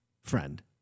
friend